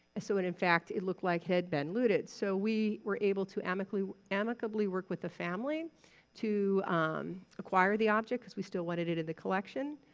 so when in fact it looked like had been looted. so we were able to amicably amicably work with the family to acquire the object cause we still wanted it in the collection.